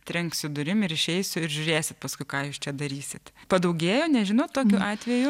trenksiu durim ir išeisiu ir žiūrėsiu paskui ką jūs čia darysit padaugėjo nežinot tokių atvejų